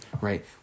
right